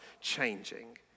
changing